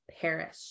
perish